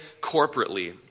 corporately